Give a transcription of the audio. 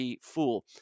Fool